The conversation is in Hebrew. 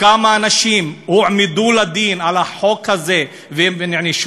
כמה אנשים הועמדו לדין על החוק הזה ונענשו?